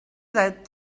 that